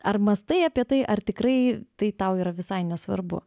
ar mąstai apie tai ar tikrai tai tau yra visai nesvarbu